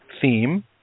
theme